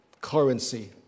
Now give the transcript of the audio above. currency